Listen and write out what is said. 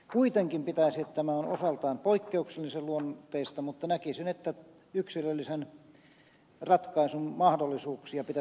kuitenkin näkisin että tämä on osaltaan poikkeuksellisen luonteista mutta yksilöllisen ratkaisun mahdollisuuksia pitäisi voida kehittää